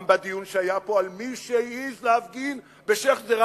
גם בדיון שהיה פה על מי שהעז להפגין בשיח'-ג'ראח.